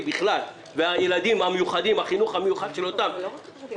אם הילדים בחינוך המיוחד -- זה לא רק חרדים.